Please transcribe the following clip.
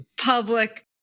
public